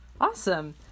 Awesome